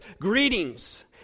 greetings